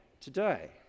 today